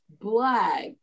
Black